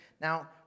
Now